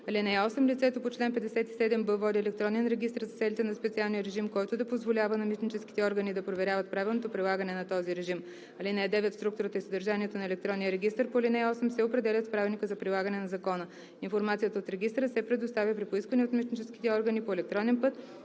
(8) Лицето по чл. 57б води електронен регистър за целите на специалния режим, който да позволява на митническите органи да проверяват правилното прилагане на този режим. (9) Структурата и съдържанието на електронния регистър по ал. 8 се определят с правилника за прилагане на закона. Информацията от регистъра се предоставя при поискване от митническите органи по електронен път